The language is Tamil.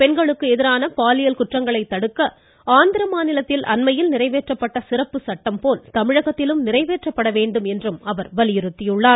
பெண்களுக்கு எதிரான பாலியல் குற்றங்களை தடுக்க ஆந்திர மாநிலத்தில் அண்மையில் நிறைவேற்றப்பட்ட சிறப்பு சட்டம் போல தமிழகத்திலும் நிறைவேற்றப்பட வேண்டும் என்று வலியுறுத்தியுள்ளார்